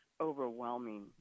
overwhelming